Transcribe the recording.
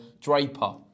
Draper